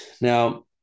Now